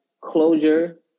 closure